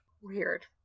Weird